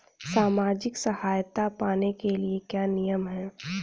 सामाजिक सहायता पाने के लिए क्या नियम हैं?